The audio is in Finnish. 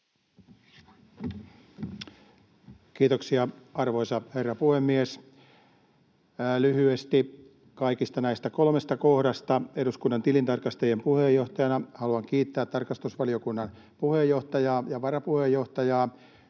Kiitoksia, arvoisa herra puhemies! Lyhyesti kaikista näistä kolmesta kohdasta: Eduskunnan tilintarkastajien puheenjohtajana haluan kiittää tarkastusvaliokunnan puheenjohtajaa ja varapuheenjohtajaa